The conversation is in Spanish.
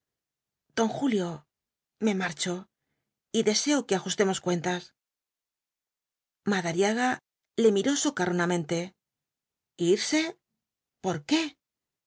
don julio me marcho y deseo que ajustemos cuentas madariaga le miró socarronamente lrítí por qué